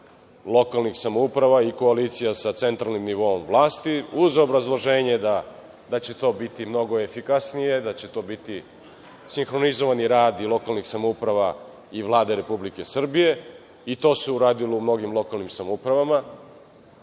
lokalnih samouprava i koalicija sa centralnim nivoom vlasti, uz obrazloženje da će to biti mnogo efikasnije, da će to biti sinhronizovani rad i lokalnih samouprava i Vlade Republike Srbije. To se uradilo u mnogim lokalnim samoupravama,